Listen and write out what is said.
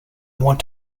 want